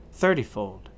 thirtyfold